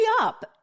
up